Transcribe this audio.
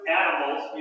animals